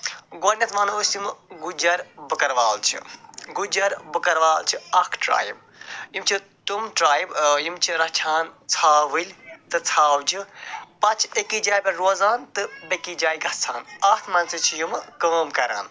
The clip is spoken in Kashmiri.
گۄڈٕنٮ۪تھ وَنو أسۍ یِمہٕ گُجر بکروال چھِ گُجر بکروال چھِ اکھ ٹرٛایب یِم چھِ تِم ٹرٛایب یِم چھِ رچھان ژھاوٕلۍ تہٕ ژھاوجہِ پتہٕ چھِ أکِس جایہِ پٮ۪ٹھ روزان تہٕ بیٚیِس جایہِ گَژھان اتھ منٛز تہِ چھِ یِمہٕ کٲم کَران